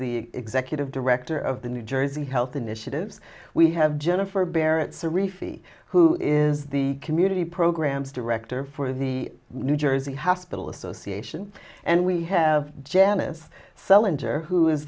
the executive director of the new jersey health initiatives we have jennifer barrett serif the who is the community programs director for the new jersey house bill association and we have janice salinger who is